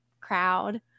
crowd